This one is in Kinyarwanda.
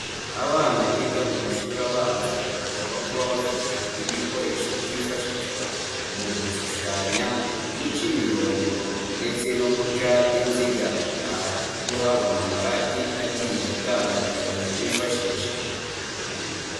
Abana biga mu mashuri abanza bagomba kuba bafite ibikoresho byifashishwa, mu gushushanya, guca imirongo, ndetse no guca inziga. Aha turi kuhabona amarati agiye atandukanye bifashisha.